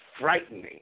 frightening